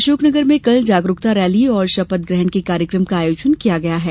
अशोकनगर में कल जागरूकता रैली और शपथ ग्रहण का कार्यक्रम का आयोजन किया गया है